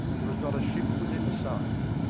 there was not a ship within sight.